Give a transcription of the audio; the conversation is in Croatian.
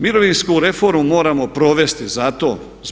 Mirovinsku reformu moramo provesti zato.